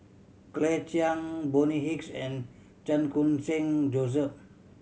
Claire Chiang Bonny Hicks and Chan Khun Sing Joseph